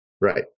Right